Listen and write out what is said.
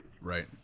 Right